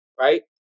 Right